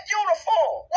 uniform